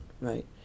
right